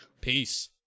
Peace